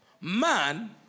Man